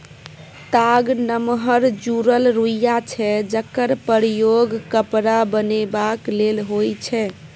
ताग नमहर जुरल रुइया छै जकर प्रयोग कपड़ा बनेबाक लेल होइ छै